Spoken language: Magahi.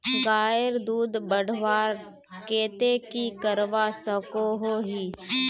गायेर दूध बढ़वार केते की करवा सकोहो ही?